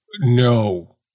no